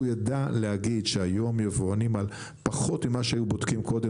הוא ידע להגיד שהיום יבואנים בודקים פחות ממה שהיו בודקים קודם,